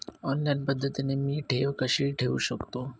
Online पद्धतीने मी ठेव कशी ठेवू शकतो?